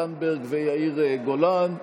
זנדברג ויאיר גולן.